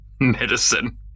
Medicine